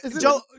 Joe